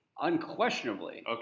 Unquestionably